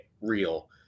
real